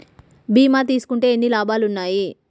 బీమా తీసుకుంటే ఎన్ని లాభాలు ఉన్నాయి?